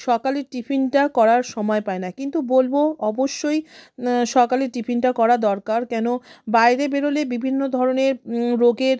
সকালের টিফিনটা করার সময় পায় না কিন্তু বলব অবশ্যই সকালের টিফিনটা করা দরকার কেন বাইরে বেরোলে বিভিন্ন ধরনের রোগের